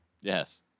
Yes